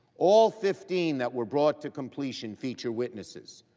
all fifteen that were brought to completion feature witnesses.